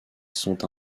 sont